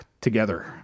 together